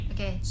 Okay